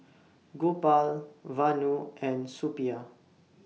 Gopal Vanu and Suppiah